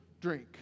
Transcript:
drink